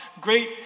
great